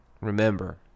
remember